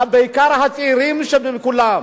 בעיקר הצעירים מבין כולם.